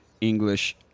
English